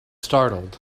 startled